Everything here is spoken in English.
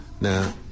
Now